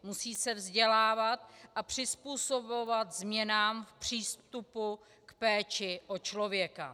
Musí se vzdělávat a přizpůsobovat změnám v přístupu k péči o člověka.